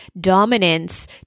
dominance